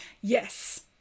Yes